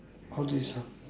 how do you so